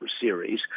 Series